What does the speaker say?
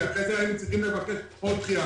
אחרי זה היינו צריכים לבקש עוד דחייה.